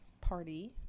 party